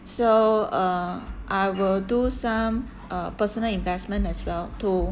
so uh I will do some uh personal investment as well to